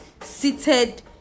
seated